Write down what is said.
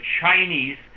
Chinese